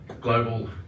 global